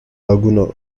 laguna